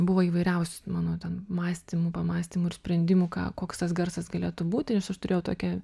buvo įvairiausių mano ten mąstymų pamąstymų ir sprendimų ką koks tas garsas galėtų būti nes aš turėjau tokią